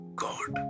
god